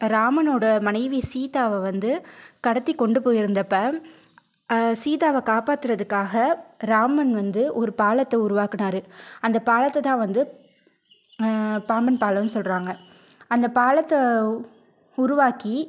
ராமனோட மனைவி சீதாவை வந்து கடத்தி கொண்டுப்போயிருந்தப்போ சீதாவை காப்பாத்துறதுக்காக ராமன் வந்து ஒரு பாலத்தை உருவாக்கினாரு அந்த பாலத்தை தான் வந்து பாம்பன் பாலம்னு சொல்கிறாங்க அந்த பாலத்தை உருவாக்கி